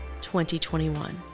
2021